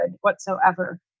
whatsoever